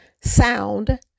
sound